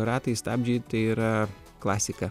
ratai stabdžiai tai yra klasika